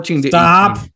Stop